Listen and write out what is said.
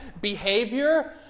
behavior